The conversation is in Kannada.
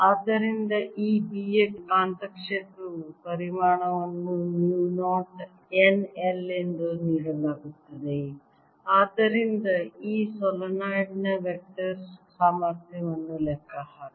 ಆದ್ದರಿಂದ ಈ B ಯ ಕಾಂತಕ್ಷೇತ್ರವು ಪರಿಮಾಣವನ್ನು ಮ್ಯೂ 0 n I ಎಂದು ನೀಡಲಾಗುತ್ತದೆ ಆದ್ದರಿಂದ ಈ ಸೊಲೆನಾಯ್ಡ್ ನ ವೆಕ್ಟರ್ ಸಾಮರ್ಥ್ಯವನ್ನು ಲೆಕ್ಕಹಾಕಿ